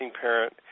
parent